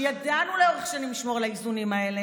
שידענו לאורך שנים לשמור על האיזונים האלה,